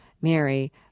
Mary